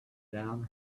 down